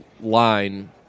line